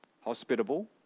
hospitable